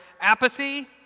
apathy